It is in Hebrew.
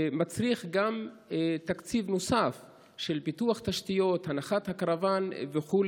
מצריך תקציב נוסף לפיתוח תשתיות, הנחת הקרוון וכו'